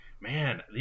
Man